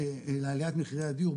לעליית מחירי הדיור,